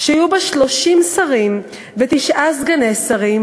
שהיו בה 30 שרים ותשעה סגני שרים,